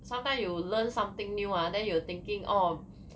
sometime you learn something new ah then you were thinking orh